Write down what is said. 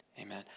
Amen